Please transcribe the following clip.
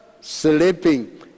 sleeping